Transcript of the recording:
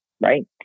Right